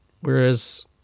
Whereas